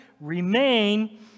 Remain